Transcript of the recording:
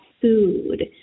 food